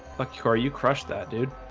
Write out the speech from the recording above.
fuck you. are you crushed that dude?